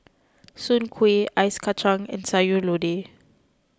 Soon Kway Ice Kacang and Sayur Lodeh